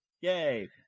Yay